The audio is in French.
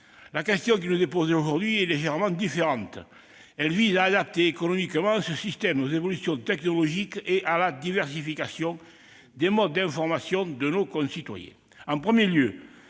La question qui nous est posée aujourd'hui est légèrement différente : il convient d'adapter économiquement ce système aux évolutions technologiques et à la diversification des modes d'information de nos concitoyens.